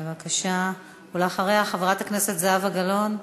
בבקשה, ואחריה, חברת הכנסת זהבה גלאון.